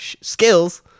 skills